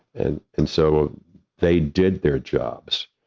and, and so they did their jobs,